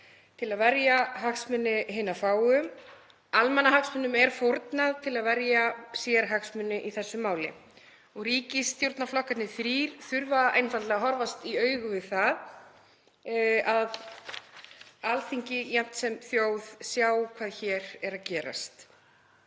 til að verja hagsmuni hinna fáu; almannahagsmunum er fórnað til að verja sérhagsmuni í þessu máli. Ríkisstjórnarflokkarnir þrír þurfa einfaldlega að horfast í augu við það að Alþingi, jafnt sem þjóð, sér hvað hér er að gerast.